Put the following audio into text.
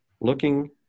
looking